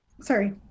Sorry